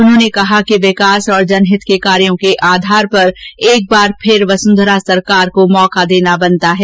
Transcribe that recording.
उन्होंने कहा कि विकास और जनहित के कार्यों के आधार पर एक बार फिर वसुंधरा सरकार को मौका देना बनता है